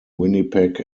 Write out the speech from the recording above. winnipeg